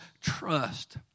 trust